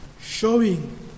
showing